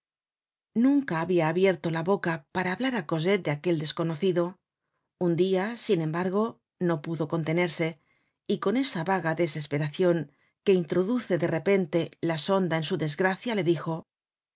nunca habia abierto la boca para hablar á cosette de aquel desconocido un dia sin embargo no pudo contenerse y con esa vaga desesperacion que introduce de repente la sonda en su desgracia le dijo